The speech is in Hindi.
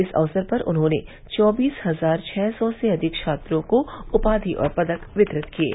इस अवसर पर उन्होंने चौबीस हजार छह सौ से अधिक छात्रों को उपाधि और पदक वितरित किये